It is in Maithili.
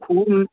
खूब